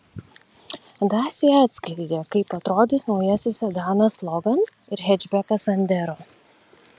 dacia atskleidė kaip atrodys naujasis sedanas logan ir hečbekas sandero